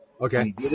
Okay